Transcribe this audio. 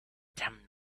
damn